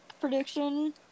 prediction